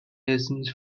lessons